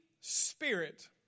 Spirit